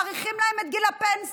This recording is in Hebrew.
מאריכים להן את גיל הפנסיה